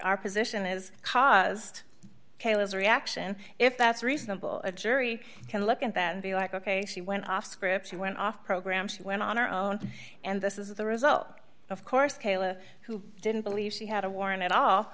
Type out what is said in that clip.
our position is caused kayla's reaction if that's reasonable a jury can look at that and be like ok she went off script she went off program she went on our own and this is the result of course kayla who didn't believe she had a warrant at all